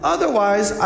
Otherwise